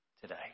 today